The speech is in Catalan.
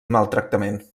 maltractament